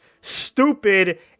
stupid